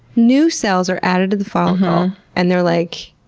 new cells are added to the follicle and they're like,